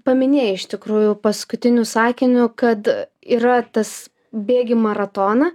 paminėjai iš tikrųjų paskutiniu sakiniu kad yra tas bėgi maratoną